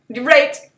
Right